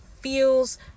feels